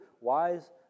wise